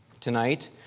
tonight